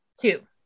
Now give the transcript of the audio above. Two